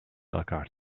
elkaar